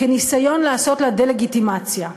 כניסיון לעשות לה דה-לגיטימציה.